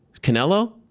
Canelo